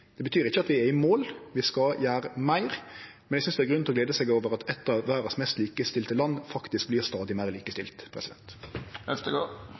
Det betyr ikkje at vi er i mål, vi skal gjere meir, men eg synest det er grunn til å glede seg over at eit av verdas mest likestilte land faktisk vert stadig meir